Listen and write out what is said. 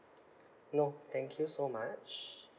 no thank you so much